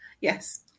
Yes